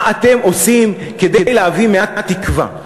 מה אתם עושים כדי להביא מעט תקווה?